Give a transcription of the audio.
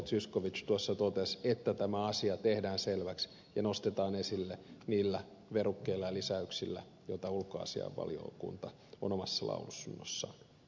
zyskowicz tuossa totesi että tämä asia tehdään selväksi ja nostetaan esille niillä verukkeilla ja lisäyksillä joita ulkoasiainvaliokunta on omassa lausunnossaan tehnyt